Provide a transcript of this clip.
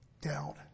doubt